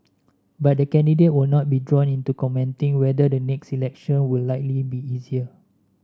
but the candidate would not be drawn into commenting whether the next election would likely be easier